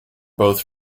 both